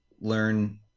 learn